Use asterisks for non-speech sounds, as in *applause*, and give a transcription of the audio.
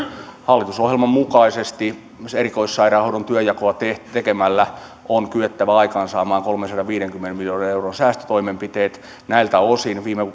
hallitusohjelman mukaisesti myös erikoissairaanhoidon työnjakoa tekemällä on kyettävä aikaansaamaan kolmensadanviidenkymmenen miljoonan euron säästötoimenpiteet näiltä osin viime *unintelligible*